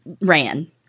ran